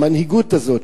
המנהיגות הזאת,